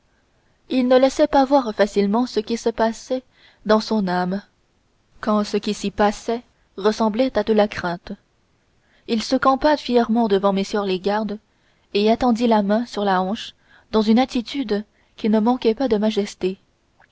il ne laissait pas voir facilement ce qui se passait dans son âme quand ce qui s'y passait ressemblait à de la crainte il se campa fièrement devant mm les gardes et attendit la main sur la hanche dans une attitude qui ne manquait pas de majesté